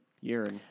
year